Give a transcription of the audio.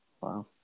Wow